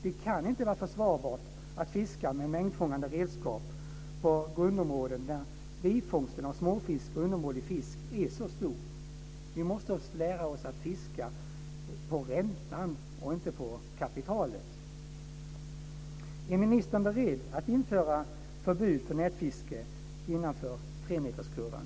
Det kan inte vara försvarbart att fiska med mängdfångande redskap på grundområden när bifångsten av småfisk och undermålig fisk är så stor. Vi måste lära oss att fiska på räntan, och inte på kapitalet. Är ministern beredd att införa förbud för nätfiske innanför tremeterskurvan?